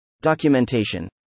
Documentation